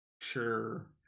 sure